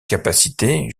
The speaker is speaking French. capacité